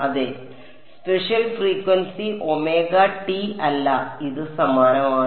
അതെ spatial frequency omega T അല്ല ഇത് സമാനമാണ്